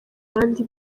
abandi